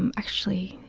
um actually,